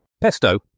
Pesto